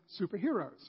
superheroes